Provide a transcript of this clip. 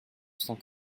cent